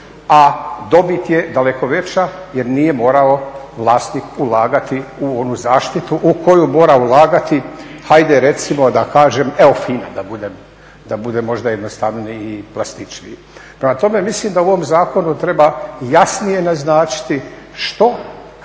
a dobit je daleko veća jer nije morao vlasnik ulagati u onu zaštitu u koju mora ulagati hajde recimo da kažem evo FINA da budem možda jednostavniji i plastičniji. Prema tome, mislim da u ovom zakonu treba jasnije naznačiti što, kako,